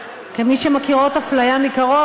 כמי שמכירות אפליה מקרוב,